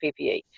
PPE